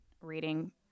reading